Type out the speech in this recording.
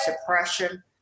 suppression